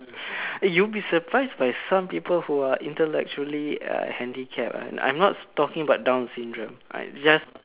eh you'll be surprised by some people who are intellectually uh handicapped I'm not talking about Down syndrome just